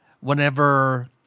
whenever